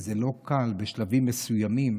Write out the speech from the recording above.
וזה לא קל בשלבים מסוימים